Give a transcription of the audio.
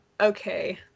Okay